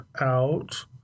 out